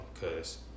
Cause